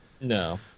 No